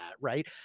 right